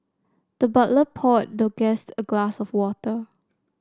the butler poured the guest a glass of water